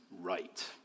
right